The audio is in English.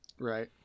Right